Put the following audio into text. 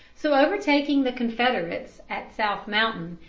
so, overtaking the confederates at south mountain,